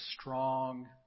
strong